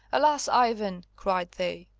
alas! ivan, cried they,